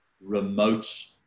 remote